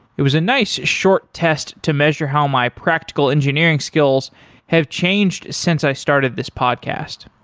it was a nice short test to measure how my practical engineering skills have changed since i started this podcast.